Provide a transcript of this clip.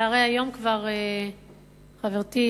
חברתי,